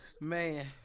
Man